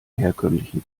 herkömmlichen